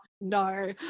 no